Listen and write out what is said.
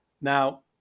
Now